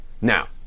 Now